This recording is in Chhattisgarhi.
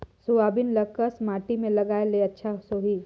सोयाबीन ल कस माटी मे लगाय ले अच्छा सोही?